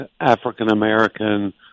African-American